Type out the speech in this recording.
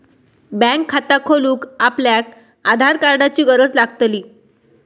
bank खाता खोलूक आपल्याक आधार कार्डाची गरज लागतली